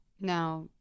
Now